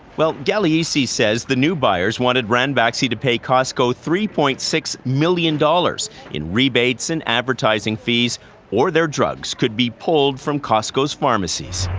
well, gagliese says the new buyers wanted ranbaxy to pay costco three point six million dollars in rebates and advertising fees or their drugs could be pulled from costco's pharmacies.